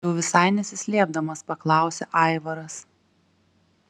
jau visai nesislėpdamas paklausia aivaras